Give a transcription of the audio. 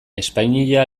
espainia